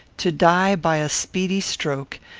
to die by a speedy stroke,